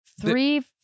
three